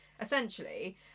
essentially